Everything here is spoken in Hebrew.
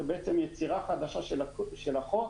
זו בעצם יצירה חדשה של החוק